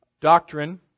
Doctrine